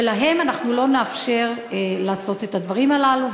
שלהם אנחנו לא נאפשר לעשות את הדברים הללו,